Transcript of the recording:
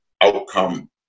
outcome